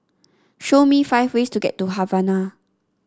show me five ways to get to Havana